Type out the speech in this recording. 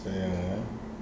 sayang